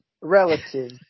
relative